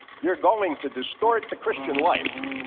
you're going to distort the christian life.